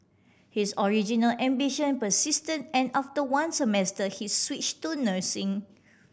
his original ambition persisted and after one semester he switch to nursing